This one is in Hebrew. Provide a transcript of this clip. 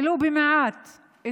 ולו במעט,